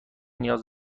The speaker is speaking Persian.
نیاز